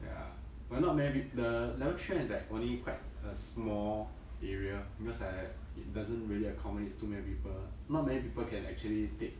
ya but not many pe~ the level three one is like only quite a small area because I it doesn't really accommodates too many people ah not many people can actually take